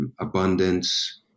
Abundance